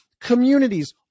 communities